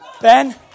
Ben